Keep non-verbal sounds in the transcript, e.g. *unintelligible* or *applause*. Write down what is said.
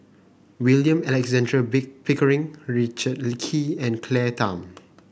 William Alexander *unintelligible* Pickering Richard Kee and Claire Tham